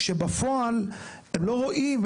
כשבפועל הם לא רואים,